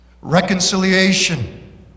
Reconciliation